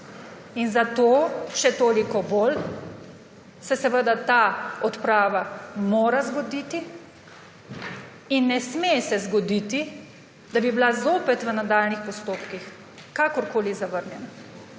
Zato se še toliko bolj ta odprava mora zgoditi in ne sme se zgoditi, da bi bila zopet v nadaljnjih postopkih kakorkoli zavrnjena.